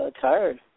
tired